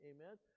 Amen